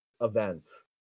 events